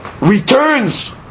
returns